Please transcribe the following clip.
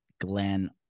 Glenn